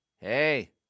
Hey